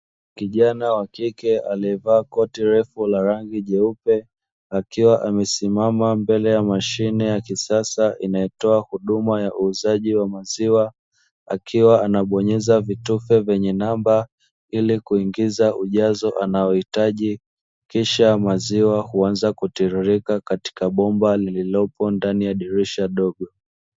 Kijana wa kike aliyevaa koti refu la rangi jeupe, akiwa amesimama mbele ya mashine ya kisasa inayotoa huduma ya uuzaji wa maziwa, akiwa anabonyeza vitufe vyenye namba ili kuingiza ujazo anaohitaji, kisha maziwa huanza kutiririka katika bomba lililopo ndani ya dirisha dogo.